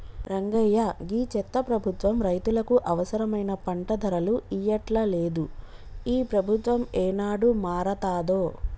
రంగయ్య గీ చెత్త ప్రభుత్వం రైతులకు అవసరమైన పంట ధరలు ఇయ్యట్లలేదు, ఈ ప్రభుత్వం ఏనాడు మారతాదో